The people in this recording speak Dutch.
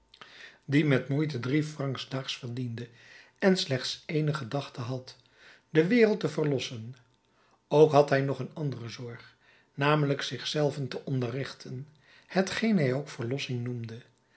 die met moeite drie francs daags verdiende en slechts ééne gedachte had de wereld te verlossen ook had hij nog een andere zorg namelijk zich zelven te onderrichten hetgeen hij ook verlossing noemde